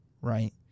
right